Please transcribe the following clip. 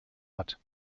hat